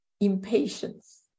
impatience